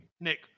Nick